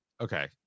Okay